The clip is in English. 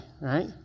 right